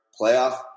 playoff